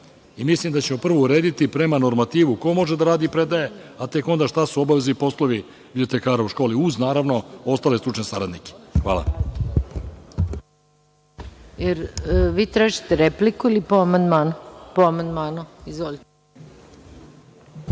i mislim da ćemo prvo urediti prema normativu ko može da radi i predaje, pa tek onda šta su obaveze i poslovi bibliotekara u školi, uz naravno, ostale stručne saradnike. Hvala.